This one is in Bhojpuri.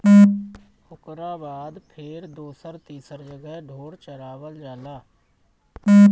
ओकरा बाद फेर दोसर तीसर जगह ढोर चरावल जाला